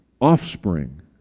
offspring